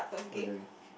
okay